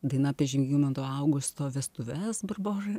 daina apie žygimanto augusto vestuves barbora